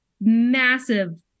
massive